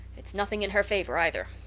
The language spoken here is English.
it's nothing in her favour, either.